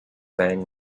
fang